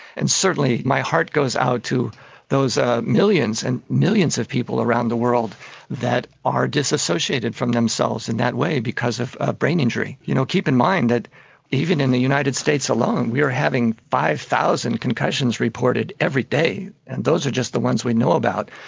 and certainly my heart goes out to those ah millions and millions of people around the world that are disassociated from themselves in that way because of a brain injury. you know keep in mind that even in the united states alone we are having five thousand concussions reported every day, and those are just the ones we know about,